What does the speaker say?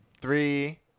Three